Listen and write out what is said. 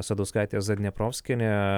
asadauskaitė zadneprovskienė